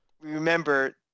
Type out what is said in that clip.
remember